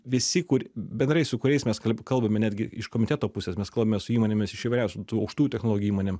visi kur bendrai su kuriais mes kalbame netgi iš komiteto pusės mes kalbame su įmonėmis iš įvairiausių tų aukštųjų technologijų įmonėm